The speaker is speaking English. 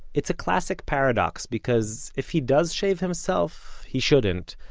it's a classic paradox, because if he does shave himself, he shouldn't,